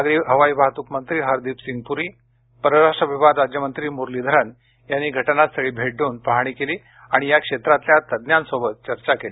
नागरी हवाई वाहतूक मंत्री हरदीप सिंग पुरी परराष्ट्र व्यवहार राज्यमंत्री मुरलीधरन यांनी घटनास्थळी भेट देऊन पाहणी केली आणि या क्षेत्रातल्या तज्ज्ञांशी चर्चा केली